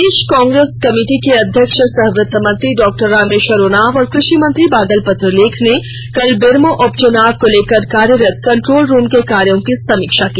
प्रदेश Congress committee के अध्यक्ष सह वित्त मंत्री डॉ रामेश्वर उराँव और कृषि मंत्री बादल पत्रलेख ने कल बेरमो उपचुनाव को लेकर कार्यरत कंट्रोल रूम के कार्यो की समीक्षा की